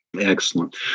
Excellent